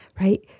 right